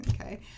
Okay